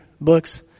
books